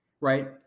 Right